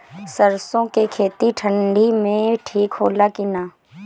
सरसो के खेती ठंडी में ठिक होला कि ना?